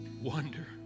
wonder